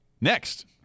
Next